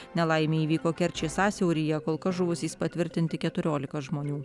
nelaimė įvyko kerčės sąsiauryje kol kas žuvusiais patvirtinti keturiolika žmonių